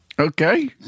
Okay